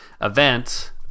event